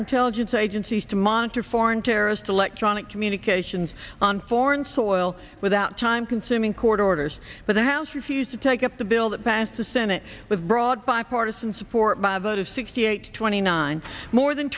intelligence agencies to monitor foreign terrorist electronic communications on foreign soil without time consuming court orders but the house refused to take up the bill that passed the senate with broad bipartisan support by a vote of sixty eight twenty nine more than